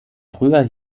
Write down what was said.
früher